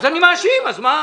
אז אני מאשים, אז מה?